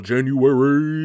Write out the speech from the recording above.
January